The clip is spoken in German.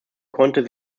konnte